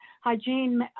hygiene